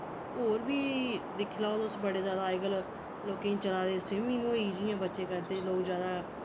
होर बी दिक्खी लैओ तुस बड़े ज्यादा अज्जकल लोकें चला दे स्विमिंग होई जियां बच्चे करदे लोग ज्यादा